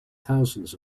thousands